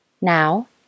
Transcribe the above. Now